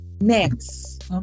next